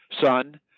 son